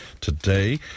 today